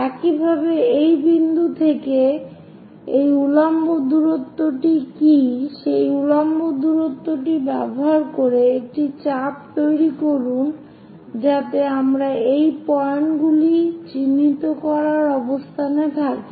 একইভাবে এই বিন্দু থেকে এই উল্লম্ব দূরত্বটি কী সেই উল্লম্ব দূরত্বটি ব্যবহার করে একটি চাপ তৈরি করুন যাতে আমরা এই পয়েন্টগুলি চিহ্নিত করার অবস্থানে থাকি